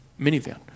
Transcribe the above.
minivan